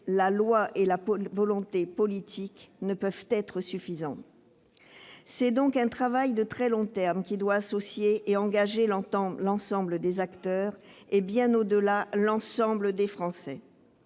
la loi et la volonté politique ne peuvent suffire. C'est donc un travail de très long terme qui doit associer et engager l'ensemble des acteurs et, bien au-delà, des Français.